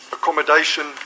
Accommodation